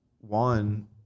One